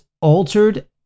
altered